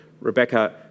Rebecca